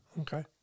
Okay